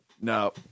no